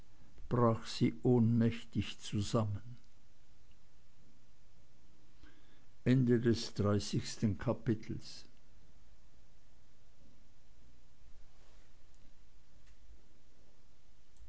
brach sie ohnmächtig zusammen einunddreißgstes kapitel